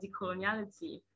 decoloniality